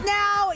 now